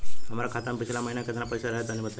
हमरा खाता मे पिछला महीना केतना पईसा रहे तनि बताई?